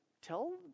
tell